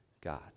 God